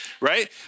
right